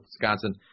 Wisconsin